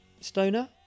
Stoner